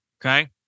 Okay